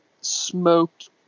smoked